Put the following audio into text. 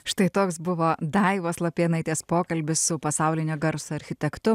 štai toks buvo daivos lapėnaitės pokalbis su pasaulinio garso architektu